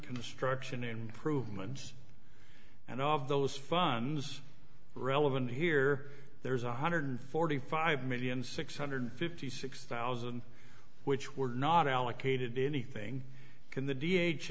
construction and prove man's and of those funds relevant here there's a one hundred and forty five million six hundred and fifty six thousand which were not allocated to anything in the d h